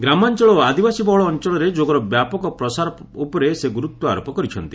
ଗ୍ରାମାଞ୍ଚଳ ଓ ଆଦିବାସୀବହୁଳ ଅଞ୍ଚଳରେ ଯୋଗର ବ୍ୟାପକ ପ୍ରସାର ଉପରେ ସେ ଗୁରୁତ୍ୱ ଆରୋପ କରିଛନ୍ତି